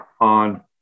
on